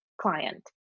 client